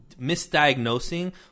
misdiagnosing